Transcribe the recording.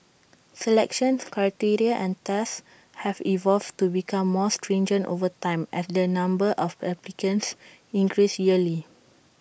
selection criteria and tests have evolved to become more stringent over time as the number of applicants increase yearly